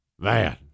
Man